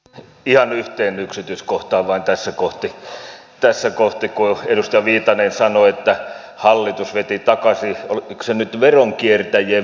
ihan yhteen yksityiskohtaan vain tässä kohti kun edustaja viitanen sanoi että hallitus veti takaisin oliko se nyt veronkiertäjien verosäädöksen